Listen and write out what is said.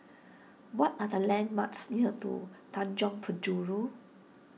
what are the landmarks near to Tanjong Penjuru